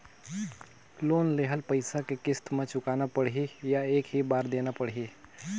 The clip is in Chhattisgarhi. लोन लेहल पइसा के किस्त म चुकाना पढ़ही या एक ही बार देना पढ़ही?